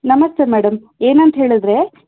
ನಮಸ್ತೆ ಮೇಡಮ್ ಏನಂತ ಹೇಳಿದ್ರೆ